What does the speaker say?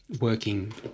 working